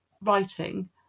writing